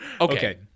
Okay